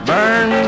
Burn